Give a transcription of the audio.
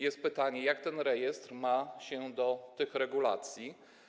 Jest pytanie, jak ten rejestr ma się do tych regulacji.